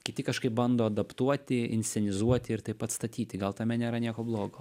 kiti kažkaip bando adaptuoti inscenizuoti ir taip atstatyti gal tame nėra nieko blogo